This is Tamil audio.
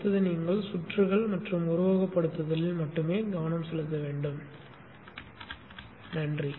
அடுத்து நீங்கள் சுற்றுகள் மற்றும் உருவகப்படுத்துதலில் மட்டுமே கவனம் செலுத்தலாம்